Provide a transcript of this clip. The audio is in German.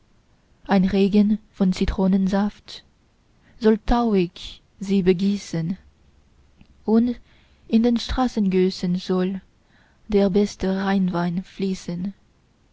ein regen von zitronensaft soll tauig sie begießen und in den straßengössen soll der beste rheinwein fließen